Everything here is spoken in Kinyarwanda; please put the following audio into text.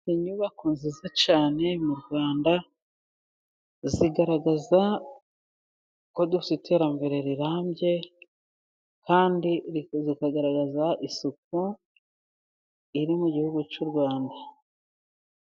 Inyubako nziza cyane mu Rwanda zigaragaza ko dufite iterambere rirambye, kandi zikunze kugaragaza isuku iri mu gihugu cy'u Rwanda.